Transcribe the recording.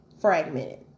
fragmented